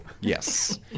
Yes